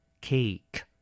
Cake